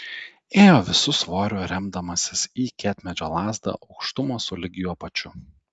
ėjo visu svoriu remdamasis į kietmedžio lazdą aukštumo sulig juo pačiu